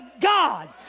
God